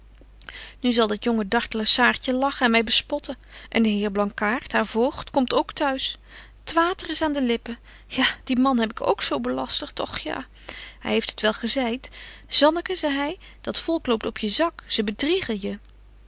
nu zal dat jonge dartele saartje lachen en my bespotten en de heer blankaart haar voogd komt ook t'huis t water is aan de lippen ja dien man heb ik ook zo belastert och ja hy heeft het wel gezeit zanneke zei hy dat volk loopt op je zak ze bedriegen je